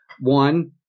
one